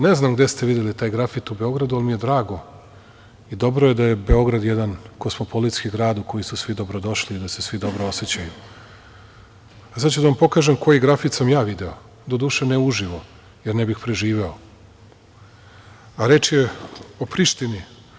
Ne znam gde ste videli taj grafit u Beogradu, ali mi je drago i dobro je da je Beograd jedan kosmopolitski grad u koji su svi dobrodošli i da se svi dobro osećaju, a sada ću da vam pokažem koji grafit sam ja video, doduše ne uživo, jer ne bih preživeo, a reč je o Prištini.